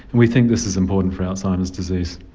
we think this is important for alzheimer's disease.